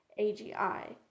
AGI